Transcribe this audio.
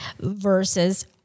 versus